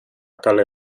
kale